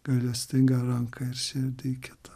gailestingą ranką ir širdį į kitą